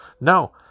No